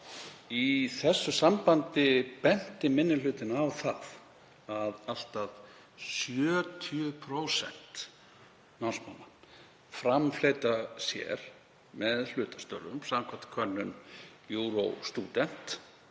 Í þessu sambandi benti minni hlutinn á að allt að 70% námsmanna framfleyta sér með hlutastörfum samkvæmt könnun Eurostudent,